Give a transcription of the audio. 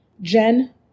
Jen